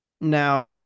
now